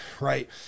right